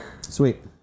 Sweet